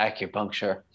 acupuncture